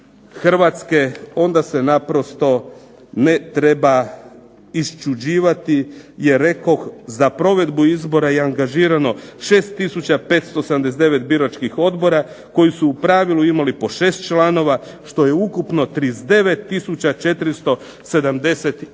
Hrvatske, onda se naprosto ne treba iščuđivati jer rekoh za provedbu izbora je angažirano 6 tisuća 579 biračkih odbora koji su u pravilu imali po 6 članova, što je ukupno 39